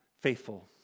faithful